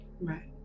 Right